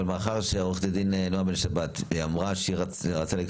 אבל מאחר שעו"ד נעה בן שבת אמרה שהיא רוצה להשלים